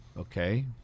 Okay